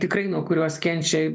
tikrai nuo kurios kenčia